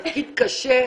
תפקיד קשה.